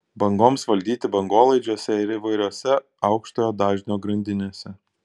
bangoms valdyti bangolaidžiuose ir įvairiose aukštojo dažnio grandinėse